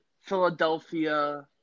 Philadelphia